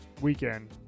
weekend